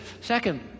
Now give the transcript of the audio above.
second